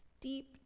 deep